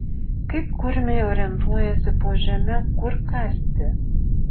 kaip kurmiai orientuojasi po žeme kur kasti